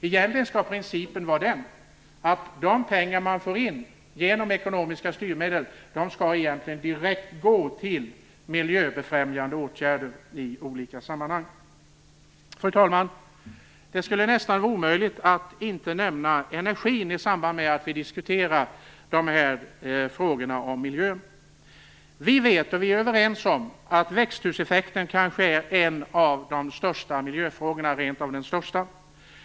Egentligen skall principen vara den att de pengar man får in genom ekonomiska styrmedel skall gå direkt till miljöfrämjande åtgärder av olika slag. Fru talman! Det skulle nästan vara omöjligt att inte nämna energin i samband med att vi diskuterar miljöfrågorna. Vi är överens om att växthuseffekten är en av de största miljöfrågorna, kanske rent av den största.